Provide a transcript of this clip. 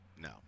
no